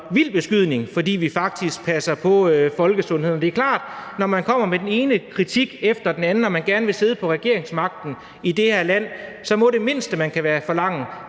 vild beskydning, fordi vi faktisk passer på folkesundheden. Det er klart, at når man kommer med den ene kritik efter den anden og man gerne vil sidde på regeringsmagten i det her land, så må det mindste, man kan forlange,